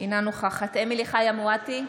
אינה נוכחת אמילי חיה מואטי,